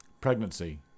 Pregnancy